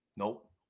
Nope